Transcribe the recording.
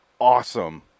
awesome